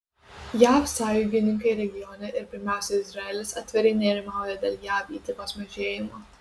jav sąjungininkai regione ir pirmiausia izraelis atvirai nerimauja dėl jav įtakos mažėjimo